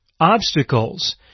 Obstacles